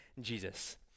Jesus